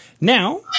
Now